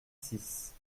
six